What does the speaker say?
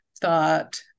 thought